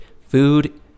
food